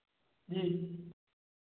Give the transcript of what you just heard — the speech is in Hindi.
जी